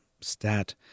stat